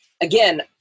again